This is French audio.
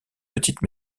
petite